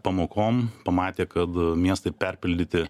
pamokom pamatė kad miestai perpildyti